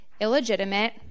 illegitimate